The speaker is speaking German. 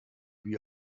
wie